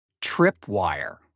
tripwire